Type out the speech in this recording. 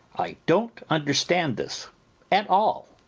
i don't understand this at all.